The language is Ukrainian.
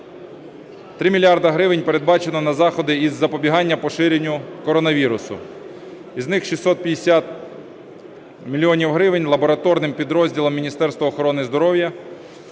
3 мільярди гривень передбачено на заходи із запобігання поширенню коронавірусу. Із них 650 мільйонів гривень – лабораторним підрозділам Міністерства охорони здоров'я.